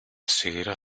ceguera